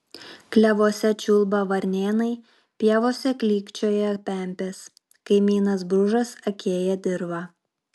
klevuose čiulba varnėnai pievose klykčioja pempės kaimynas bružas akėja dirvą